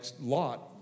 Lot